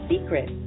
SECRET